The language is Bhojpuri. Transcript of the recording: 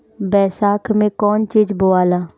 बैसाख मे कौन चीज बोवाला?